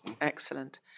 Excellent